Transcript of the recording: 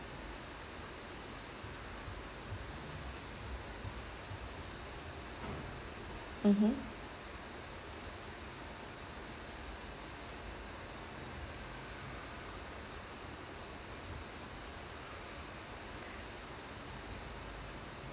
mmhmm